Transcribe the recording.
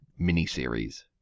miniseries